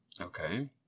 Okay